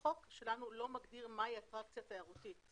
החוק שלנו לא מגדיר מהי אטרקציה תיירותית,